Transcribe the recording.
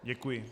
Děkuji.